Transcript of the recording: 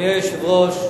אדוני היושב-ראש,